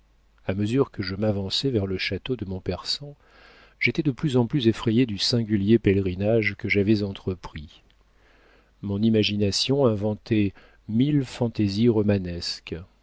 a mesure que je m'avançais vers le château de montpersan j'étais de plus en plus effrayé du singulier pèlerinage que j'avais entrepris mon imagination inventait mille fantaisies romanesques